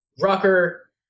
Rucker